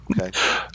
Okay